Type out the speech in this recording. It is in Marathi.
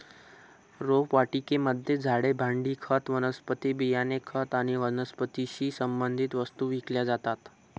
रोपवाटिकेमध्ये झाडे, भांडी, खत, वनस्पती बियाणे, खत आणि वनस्पतीशी संबंधित वस्तू विकल्या जातात